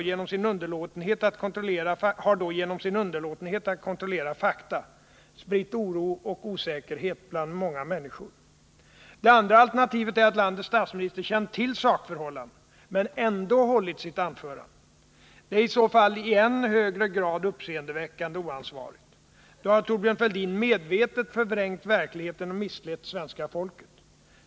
Thorbjörn Fälldin har då genom sin underlåtenhet att kontrollera fakta spritt oro och osäkerhet bland många människor. Det andra alternativet är att landets statsminister känt till sakförhållandena men ändå hållit sitt anförande. Det är i så fall i än högre grad uppseendeväckande och oansvarigt. Då har Thorbjörn Fälldin medvetet förvrängt verkligheten och misslett svenska folket.